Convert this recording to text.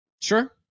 Sure